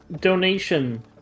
donation